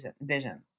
vision